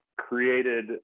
created